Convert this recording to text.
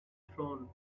throne